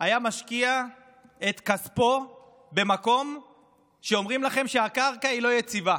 היה משקיע את כספו במקום שאומרים לכם שהקרקע היא לא יציבה?